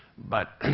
but